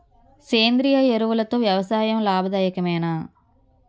సేంద్రీయ ఎరువులతో వ్యవసాయం లాభదాయకమేనా?